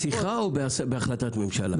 בשיחה או בהחלטת ממשלה?